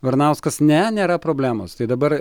varnauskas ne nėra problemos tai dabar